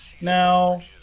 now